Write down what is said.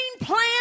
plan